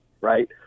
right